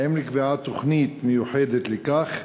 2. האם נקבעה תוכנית מיוחדת לכך?